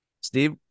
Steve